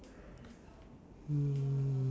mm